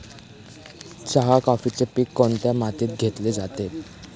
चहा, कॉफीचे पीक कोणत्या मातीत घेतले जाते?